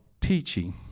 teaching